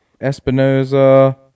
Espinoza